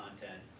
content